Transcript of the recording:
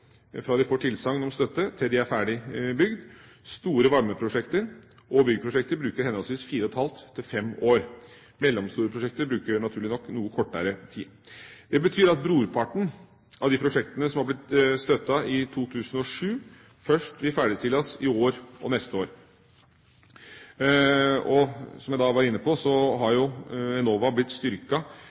fra de får tilsagn om støtte til de er ferdig bygd. Store varmeprosjekter og byggprosjekter bruker henholdsvis fire og et halvt og fem år. Mellomstore prosjekter bruker naturlig nok noe kortere tid. Det betyr at brorparten av de prosjektene som har blitt støttet i 2007, først vil ferdigstilles i år og neste år. Som jeg var inne på, har Enova blitt